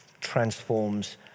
transforms